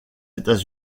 états